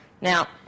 Now